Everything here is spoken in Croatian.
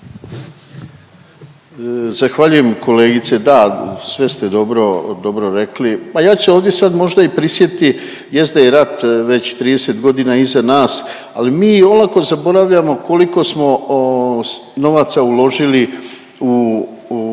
Zahvaljujem kolegice. Da, sve ste dobro, dobro rekli. Pa ja ću ovdje sad možda i prisjetiti, jest da je rat već 30 godina iza nas ali mi olako zaboravljamo koliko smo novaca uložili u,